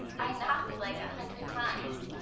i knocked, like, a hundred times.